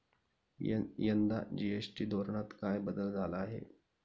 यंदा जी.एस.टी धोरणात काय बदल झाला आहे?